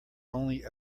only